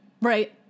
Right